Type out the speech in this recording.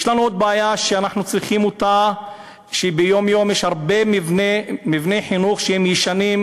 יש לנו עוד בעיה שאנחנו צריכים לפתור: יש הרבה מבני חינוך ישנים,